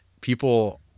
people